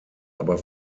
aber